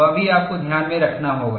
वह भी आपको ध्यान में रखना होगा